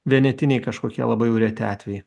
vienetiniai kažkokie labai jau reti atvejai